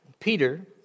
Peter